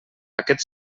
aquest